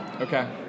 Okay